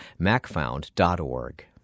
MacFound.org